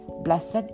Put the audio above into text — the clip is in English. Blessed